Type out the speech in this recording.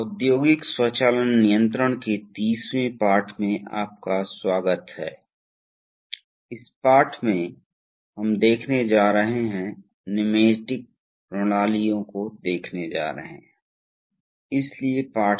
keywords राहत valve pilot दबाव जाँच वाल्व विस्तार और प्रत्यावर्तन स्ट्रोक सीमा स्विच सिस्टम दबाव प्रवाह नियंत्रण वाल्व